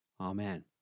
Amen